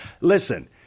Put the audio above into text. Listen